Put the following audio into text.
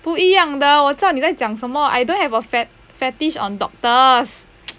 不一样的我知道你在讲什么 I don't have a fet~ fetish on doctors